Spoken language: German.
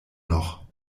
noch